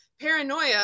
paranoia